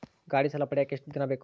ಗಾಡೇ ಸಾಲ ಪಡಿಯಾಕ ಎಷ್ಟು ದಿನ ಬೇಕು?